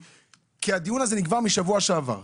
הדיון הזה נקבע משבוע שעבר.